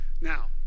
now